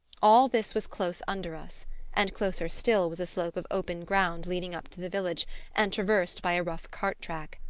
all this was close under us and closer still was a slope of open ground leading up to the village and traversed by a rough cart-track.